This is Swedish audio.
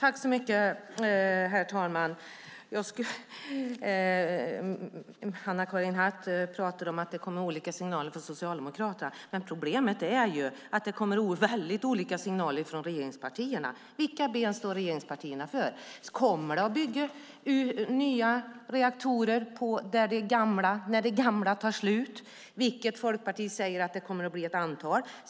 Herr talman! Anna-Karin Hatt pratar om att det kommer olika signaler från Socialdemokraterna. Men problemet är ju att det kommer väldigt olika signaler från regeringspartierna. Vilka ben står regeringspartierna på? Kommer det att byggas nya reaktorer när de gamla tar slut? Folkpartiet säger att det kommer att bli ett antal.